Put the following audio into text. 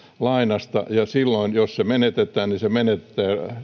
lainasta ja silloin jos se menetetään niin se menetetään